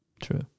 true